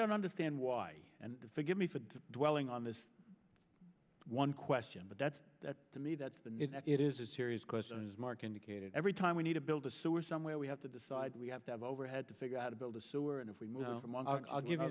don't understand why and forgive me for dwelling on this one question but that's to me that's the it is a serious question as mark indicated every time we need to build a sewer somewhere we have to decide we have to have overhead to figure out to build a sewer and if we move you know